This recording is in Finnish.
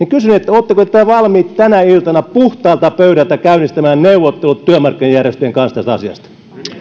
oletteko te valmis tänä iltana puhtaalta pöydältä käynnistämään neuvottelut työmarkkinajärjestöjen kanssa tästä asiasta